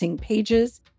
pages